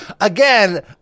again